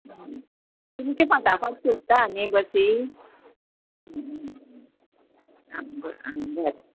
आं तुमचें फाटा फाट सोदता न्ही बसी आ आ बरें